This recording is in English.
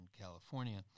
California